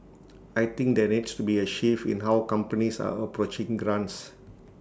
I think there needs to be A shift in how companies are approaching grants